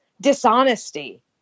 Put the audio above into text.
dishonesty